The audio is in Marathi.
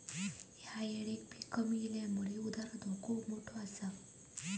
ह्या येळेक पीक कमी इल्यामुळे उधार धोका मोठो आसा